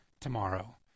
tomorrow